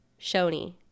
shoni